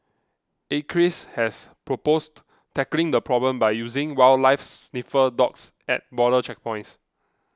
acres has proposed tackling the problem by using wildlife sniffer dogs at border checkpoints